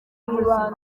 w’ubuzima